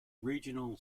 regional